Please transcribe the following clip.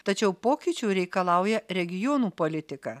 tačiau pokyčių reikalauja regionų politika